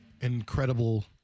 incredible